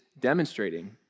demonstrating